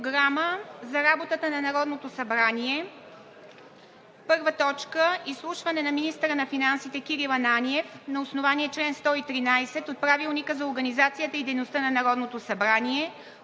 Програма за работата на Народното събрание: „1. Изслушване на министъра на финансите Кирил Ананиев на основание чл. 113 от Правилника за